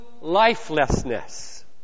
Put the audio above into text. lifelessness